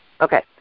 Okay